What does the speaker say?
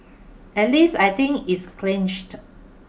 at least I think it's clenched